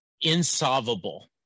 insolvable